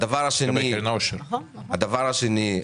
הדבר השני,